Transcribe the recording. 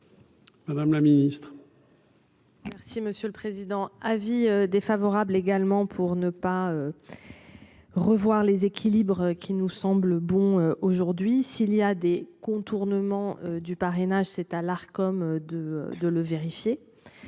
Madame la Ministre. La. Merci monsieur le président, avis défavorable également pour ne pas. Revoir les équilibres qui nous semble bon aujourd'hui s'il y a des contournements du parrainage c'est à l'Arcom de de le vérifier.